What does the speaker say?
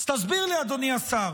אז תסביר לי, אדוני השר,